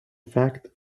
fact